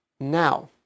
now